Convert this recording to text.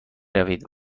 روید